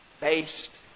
based